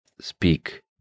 speak